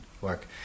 work